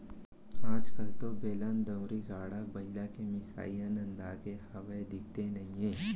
आज कल तो बेलन, दउंरी, गाड़ा बइला के मिसाई ह नंदागे हावय, दिखते नइये